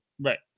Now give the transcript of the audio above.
Right